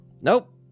nope